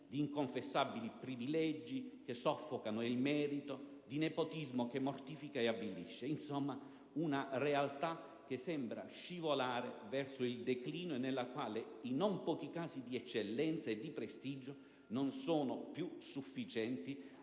di inconfessabili privilegi che soffocano il merito, di nepotismo che mortifica e avvilisce; insomma, una realtà che sembra scivolare verso il declino e nella quale i non pochi casi di eccellenza e di prestigio non sono più sufficienti